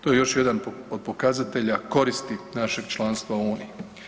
To je još jedan od pokazatelja koristi našeg članstva u uniji.